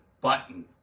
button